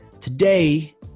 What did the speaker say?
Today